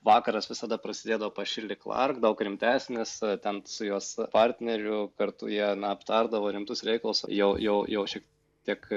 vakaras visada prasidėdavo pas shirley clarke daug rimtesnis ten su jos partneriu kartu jie na aptardavo rimtus reikalus jau jau jau šiek tiek